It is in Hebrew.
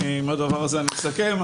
אני מסכם.